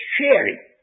sharing